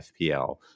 FPL